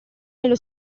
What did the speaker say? nello